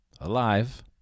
alive